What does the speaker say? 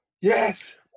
Yes